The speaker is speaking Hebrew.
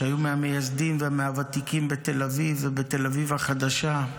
שהיו מהמייסדים ומהוותיקים בתל אביב ובתל אביב החדשה.